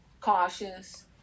cautious